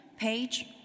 page